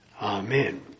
Amen